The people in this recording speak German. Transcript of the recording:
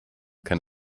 kann